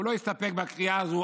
הוא לא הסתפק בקריאה הזאת,